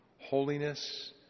Holiness